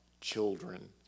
children